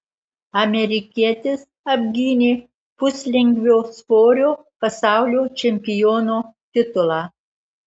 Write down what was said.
amerikietis apgynė puslengvio svorio pasaulio čempiono titulą